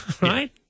right